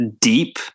deep